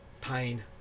pain